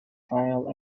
final